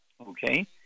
Okay